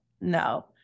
no